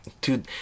Dude